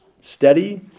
steady